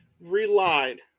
relied